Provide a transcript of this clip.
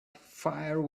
fire